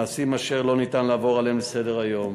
מעשים אשר לא ניתן לעבור עליהם לסדר-היום.